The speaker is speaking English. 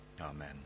amen